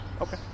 Okay